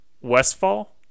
westfall